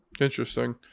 Interesting